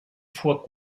foi